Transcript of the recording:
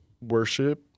worship